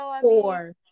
Four